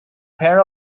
pair